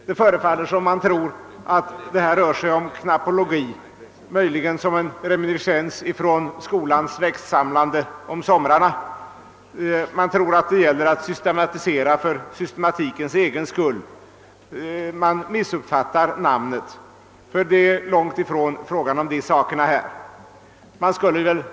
Det förefaller som om man trodde att det här handlar om knappologi, möjligen en reminiscens från skolans växtsamlande under somrarna. Man kanske tror att det gäller att systematisera för systematikens egen skull; man kanske har «missförstått namnet. Det är alls inte fråga om sådant.